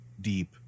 deep